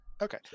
Okay